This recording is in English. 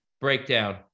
breakdown